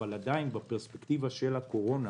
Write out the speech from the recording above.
אבל עדיין בפרספקטיבה של הקורונה